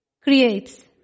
creates